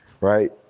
right